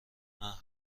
محو